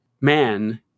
man